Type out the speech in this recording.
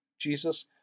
Jesus